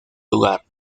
lugar